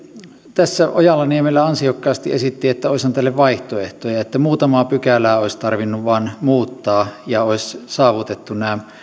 tässä ojala niemelä ansiokkaasti esitti että olisihan tälle vaihtoehtoja että muutamaa pykälää olisi tarvinnut vain muuttaa ja olisi saavutettu